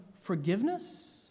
forgiveness